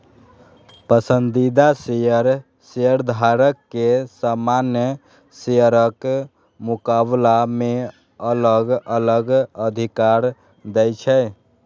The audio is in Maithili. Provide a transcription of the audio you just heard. पसंदीदा शेयर शेयरधारक कें सामान्य शेयरक मुकाबला मे अलग अलग अधिकार दै छै